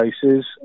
places